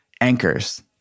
anchors